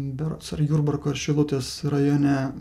berods ar jurbarko ar šilutės rajone